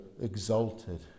exalted